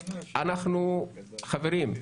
חברים,